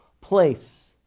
place